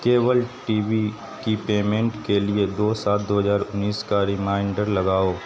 cable TV کی payment کے لیےدو سات دو ہزار انیس کا ریمائنڈر لگاؤ